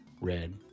red